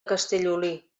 castellolí